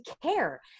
care